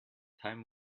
time